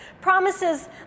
Promises